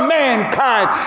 mankind